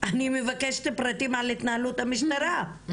אני מבקשת פרטים על התנהלות המשטרה,